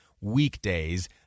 weekdays